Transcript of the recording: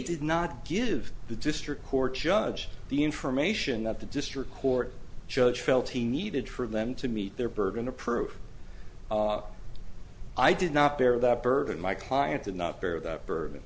did not give the district court judge the information that the district court judge felt he needed for them to meet their burden of proof i did not bear that burden my client to not bear that burd